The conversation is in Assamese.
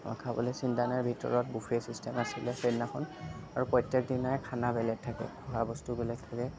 খাবলৈ চিন্তা নাই ভিতৰত বুফে ছিষ্টেম আছিলে সেইদিনাখন আৰু প্ৰত্যেক দিনাই খানা বেলেগ থাকে খোৱা বস্তু বেলেগ থাকে